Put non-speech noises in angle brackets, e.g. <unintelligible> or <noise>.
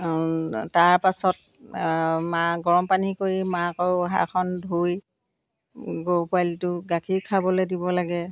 তাৰপাছত মা গৰম পানী কৰি মাক <unintelligible> ধুই গৰু পোৱালিটো গাখীৰ খাবলৈ দিব লাগে